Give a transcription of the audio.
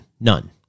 none